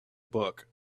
book